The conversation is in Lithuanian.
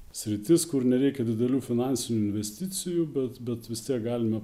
sritis kur nereikia didelių finansinių investicijų bet bet vis tiek galime